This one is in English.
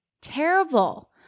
terrible